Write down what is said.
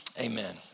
amen